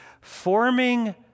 forming